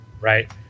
right